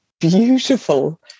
beautiful